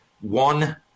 One